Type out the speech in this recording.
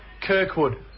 Kirkwood